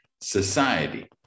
society